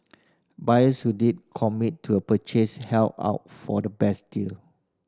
buyers who did commit to a purchase held out for the best deal